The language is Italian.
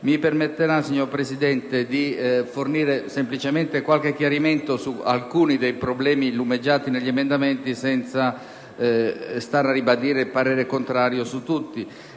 sia consentito, signor Presidente, di fornire semplicemente qualche chiarimento su alcuni dei problemi lumeggiati negli emendamenti, senza stare a ribadire il parere contrario su tutti.